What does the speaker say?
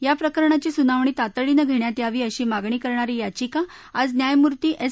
या प्रकरणाची सुनावणी तातडीनं घेण्यात यावी अशी मागणी करणारी याचिका आज न्यायमूर्ती एस